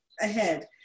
ahead